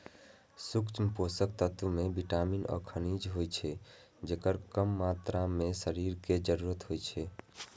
सूक्ष्म पोषक तत्व मे विटामिन आ खनिज होइ छै, जेकर कम मात्रा मे शरीर कें जरूरत होइ छै